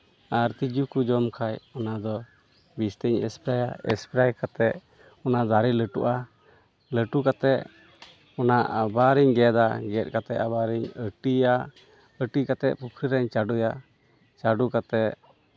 ᱟᱨ ᱛᱤᱸᱡᱩ ᱠᱚ ᱡᱚᱢ ᱠᱷᱟᱱ ᱚᱱᱟ ᱫᱚ ᱵᱤᱥ ᱤᱧ ᱥᱯᱨᱮᱹᱭᱟ ᱥᱯᱨᱮᱹ ᱠᱟᱛᱮᱫ ᱚᱱᱟ ᱫᱟᱨᱮ ᱞᱟᱹᱴᱩᱜᱼᱟ ᱞᱟᱹᱴᱩ ᱠᱟᱛᱮᱫ ᱚᱱᱟ ᱟᱵᱟᱨᱤᱧ ᱜᱮᱫᱟ ᱜᱮᱫ ᱠᱟᱛᱮᱫ ᱟᱵᱟᱨᱤᱧ ᱟᱹᱴᱤᱭᱟ ᱟᱹᱴᱤ ᱠᱟᱛᱮᱫ ᱯᱩᱠᱷᱨᱤ ᱨᱤᱧ ᱪᱟᱰᱚᱭᱟ ᱪᱟᱰᱚ ᱠᱟᱛᱮᱫ